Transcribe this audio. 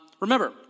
Remember